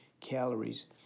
calories